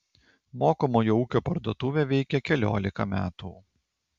mokomojo ūkio parduotuvė veikia keliolika metų